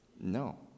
No